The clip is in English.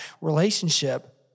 relationship